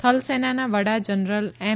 થલ સેનાના વડા જનરલ એમ